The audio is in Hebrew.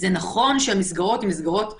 זה נכון שהמסגרות הן מסגרות חוץ-ביתיות,